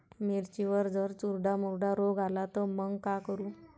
मिर्चीवर जर चुर्डा मुर्डा रोग आला त मंग का करू?